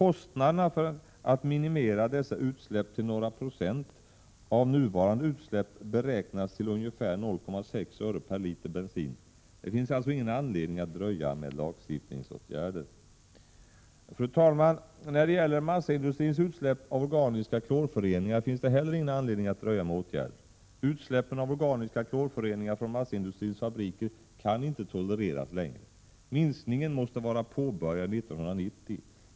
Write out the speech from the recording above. Kostnaderna för att minimera dessa utsläpp till några procent av nuvarande utsläpp beräknas till ungefär 0,6 öre perliter bensin. Det finns alltså ingen anledning att dröja med lagstiftningsåtgärder. Fru talman! Beträffande massaindustrins utsläpp av organiska klorföreningar finns det heller ingen anledning att dröja med åtgärder. Utsläppen av organiska klorföreningar från massaindustrins fabriker kan inte tolereras längre. Minskningen måste vara påbörjad 1990.